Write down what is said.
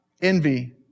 envy